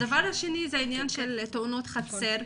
הדבר השני זה העניין של תאונות חצר.